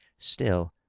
still,